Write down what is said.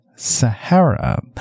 Sahara